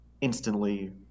instantly